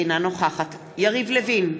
אינה נוכחת יריב לוין,